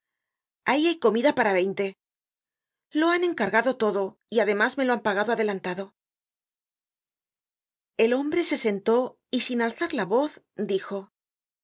ahí hay comida para veinte lo han encargado todo y además me lo han pagado adelantado el hombre se sentó y sin alzar la voz dijo